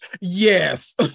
Yes